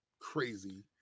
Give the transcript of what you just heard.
crazy